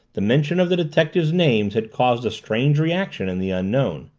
the mention of the detective's name had caused a strange reaction in the unknown.